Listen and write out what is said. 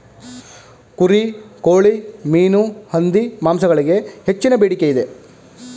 ಕುರಿ, ಕೋಳಿ, ಮೀನು, ಹಂದಿ ಮಾಂಸಗಳಿಗೆ ಹೆಚ್ಚಿನ ಬೇಡಿಕೆ ಇದೆ